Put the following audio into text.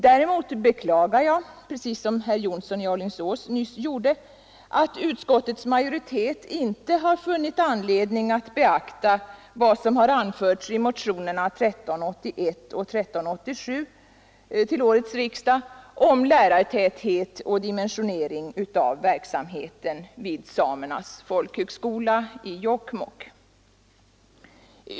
Däremot beklagar jag, precis som herr Jonsson i Alingsås gjorde nyss, att utskottets majoritet inte funnit anledning att beakta vad som anförs i motionerna 1381 och 1387 till årets riksdag om lärartäthet och dimensionering av verksamheten vid Samernas folkhögskola i Jokkmokk.